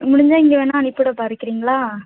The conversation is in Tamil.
முடிஞ்சால் இங்கே வேணா அனுப்பிவிட பார்க்கிறீங்களா